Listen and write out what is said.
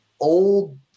old